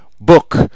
book